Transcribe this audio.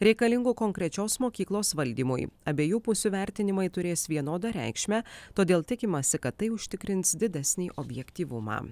reikalingų konkrečios mokyklos valdymui abiejų pusių vertinimai turės vienodą reikšmę todėl tikimasi kad tai užtikrins didesnį objektyvumą